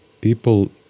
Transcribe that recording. people